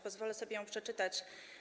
Pozwolę sobie ją przeczytać.